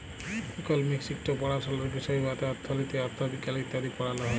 economics ইকট পাড়াশলার বিষয় উয়াতে অথ্থলিতি, অথ্থবিজ্ঞাল ইত্যাদি পড়াল হ্যয়